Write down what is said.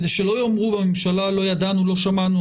כדי שלא יאמרו בממשלה לא ידענו ולא שמענו,